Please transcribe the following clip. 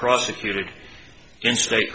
prosecuted in state